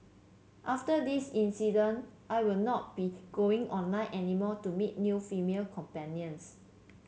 after this incident I will not be going online any more to meet new female companions